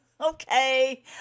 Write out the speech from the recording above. okay